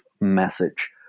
message